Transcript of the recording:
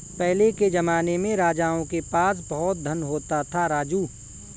पहले के जमाने में राजाओं के पास बहुत धन होता था, राजू